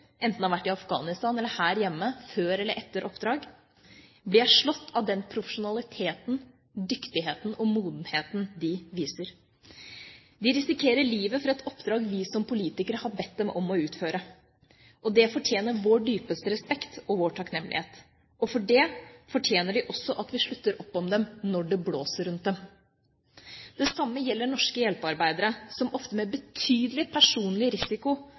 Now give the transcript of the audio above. enten det har vært i Afghanistan eller her hjemme før eller etter oppdrag, blir jeg slått av den profesjonaliteten, dyktigheten og modenheten de viser. De risikerer livet for et oppdrag vi som politikere har bedt dem om å utføre. Det fortjener vår dypeste respekt og vår takknemlighet. For det fortjener de også at vi slutter opp om dem når det blåser rundt dem. Det samme gjelder norske hjelpearbeidere, som ofte med betydelig personlig risiko